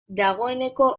dagoeneko